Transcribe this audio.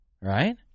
Right